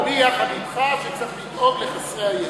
אבל אני יחד אתך, שצריך לדאוג לחסרי הישע.